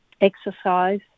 exercise